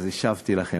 אז השבתי לכם,